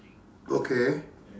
okay